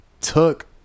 took